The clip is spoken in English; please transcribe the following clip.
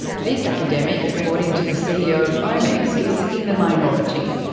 this academic, according to the ceo of omics, is in the minority.